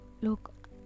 look